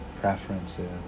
preferences